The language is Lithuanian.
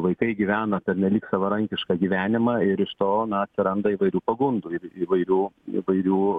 vaikai gyvena pernelyg savarankišką gyvenimą ir iš to na atsiranda įvairių pagundų ir įvairių įvairių